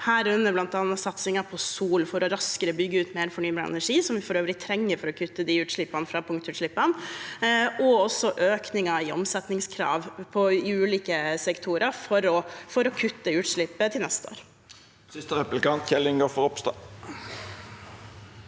bl.a. satsingen på sol for raskere å bygge ut mer fornybar energi, som vi for øvrig trenger for å kutte utslippene fra punktutslippene, og også økningen i omsetningskrav i ulike sektorer for å kutte utslippene til neste år. Kjell Ingolf Ropstad